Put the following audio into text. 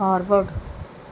forward